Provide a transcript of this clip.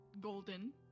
Golden